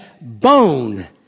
bone